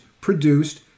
produced